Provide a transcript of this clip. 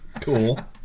Cool